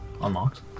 unlocked